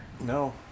No